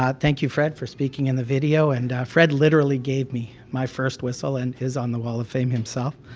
um thank you fred for speaking in the video, and fred literally gave me my first whistle, and he's on the wall of fame himself.